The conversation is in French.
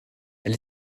elle